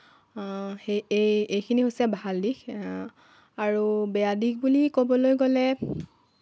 সেই এই এইখিনি হৈছে ভাল দিশ আৰু বেয়া দিশ বুলি ক'বলৈ গ'লে